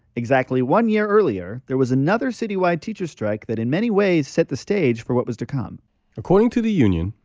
exactly one year earlier, there was another citywide teacher strike that in many ways set the stage for what was to come according to the union,